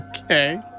Okay